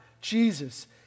Jesus